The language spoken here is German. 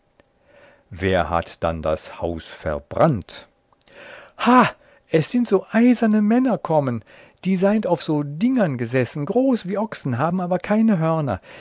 wer hat dann das haus verbrannt simpl ha es sind so eiserne männer kommen die seind so auf dingern gesessen groß wie ochsen haben aber keine hörner